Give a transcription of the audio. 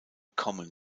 common